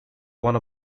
one